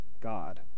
God